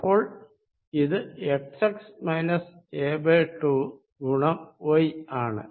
അപ്പോൾ ഇത് xx a 2 ഗുണം y ആണ്